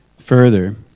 further